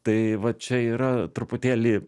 tai va čia yra truputėlį